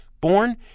Born